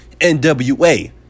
NWA